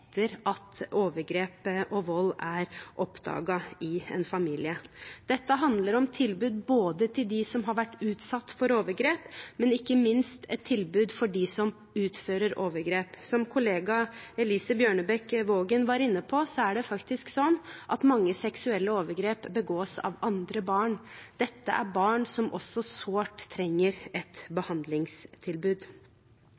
at overgrep og vold er oppdaget i en familie. Dette handler om tilbud for dem som har vært utsatt for overgrep, men – ikke minst – et tilbud for dem som utfører overgrep. Som kollega Elise Bjørnebekk-Waagen var inne på, er det faktisk sånn at mange seksuelle overgrep blir begått av andre barn. Dette er barn som også sårt trenger et